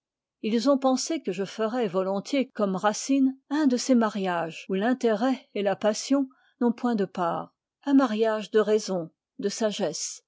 ils ont pensé que je ferais volontiers comme racine un de ces mariages où l'intérêt et la passion n'ont point de part un mariage de raison de sagesse